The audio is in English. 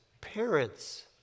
parents